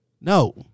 No